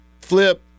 flip